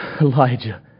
Elijah